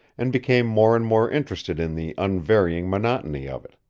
and became more and more interested in the unvarying monotony of it.